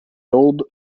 old